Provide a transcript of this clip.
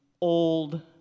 old